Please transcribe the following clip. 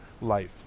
life